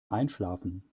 einschlafen